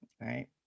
right